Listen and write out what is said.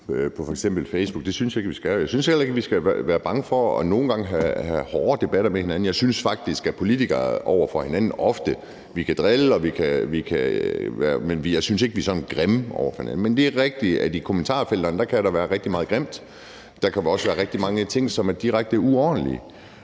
på f.eks. Facebook. Det synes jeg ikke vi skal. Og jeg synes heller ikke, at vi skal være bange for nogle gange at have hårde debatter med hinanden. Jeg synes faktisk, at vi politikere ofte er sådan over for hinanden, at vi kan drille, men jeg synes ikke, at vi sådan er grimme over for hinanden. Men det er rigtigt, at der i kommentarfelterne kan være rigtig meget grimt. Der kan også være rigtig mange ting, som er direkte uordentlige.